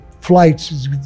flights